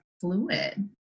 fluid